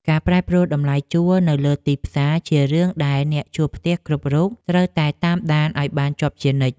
ការប្រែប្រួលតម្លៃជួលនៅលើទីផ្សារជារឿងដែលអ្នកជួលផ្ទះគ្រប់រូបត្រូវតែតាមដានឱ្យបានជាប់ជានិច្ច។